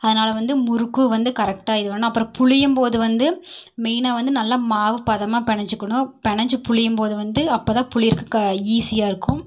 அதனால் வந்து முறுக்கும் வந்து கரெக்டாக இது பண்ணணும் அப்புறம் புழியும் போது வந்து மெயினாக வந்து நல்லா மாவு பதமாக பினஞ்சிக்கணும் பினஞ்சி புழியும் போது வந்து அப்ப தான் புழியிறக்கு க ஈஸியாக இருக்கும்